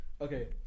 Okay